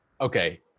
okay